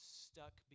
stuck